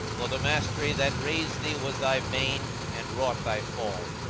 for the mastery that raised thee was thy bane and wrought thy fall.